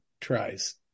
tries